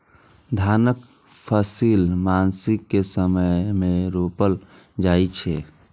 धानक फसिल मानसून के समय मे रोपल जाइ छै